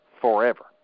forever